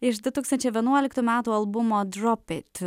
iš du tūkstančiai vienuoliktų metų albumo drop it